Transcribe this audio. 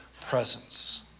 presence